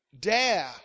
dare